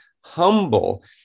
humble